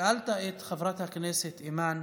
שאלת את חברת הכנסת אימאן